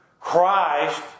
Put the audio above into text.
Christ